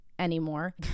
anymore